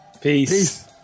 Peace